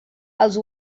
els